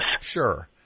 Sure